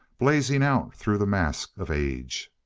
blazing out through the mask of age.